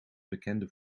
bekende